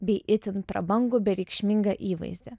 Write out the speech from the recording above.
bei itin prabangų bei reikšmingą įvaizdį